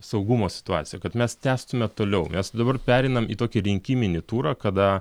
saugumo situaciją kad mes tęstume toliau mes dabar pereinam į tokį rinkiminį turą kada